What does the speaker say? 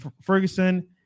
Ferguson